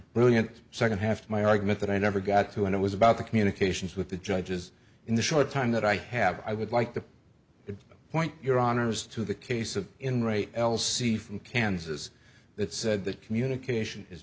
really and second half my argument that i never got to and it was about the communications with the judges in the short time that i have i would like to point your honour's to the case of in rate l c from kansas that said that communication is